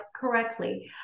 correctly